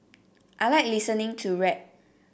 I like listening to rap